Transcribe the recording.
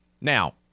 Now